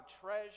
treasure